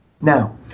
Now